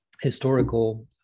historical